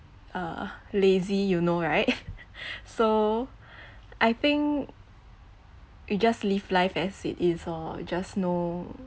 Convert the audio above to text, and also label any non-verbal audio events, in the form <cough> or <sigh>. uh lazy you know right <laughs> so I think you just live life as it is lor just no